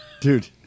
Dude